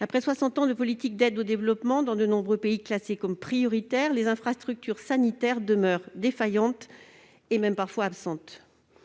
Après soixante ans de politiques d'aide au développement dans de nombreux pays classés comme prioritaires, les infrastructures sanitaires demeurent défaillantes et parfois même absentes.